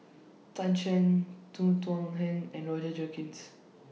Tan Shen Tan Thuan Heng and Roger Jenkins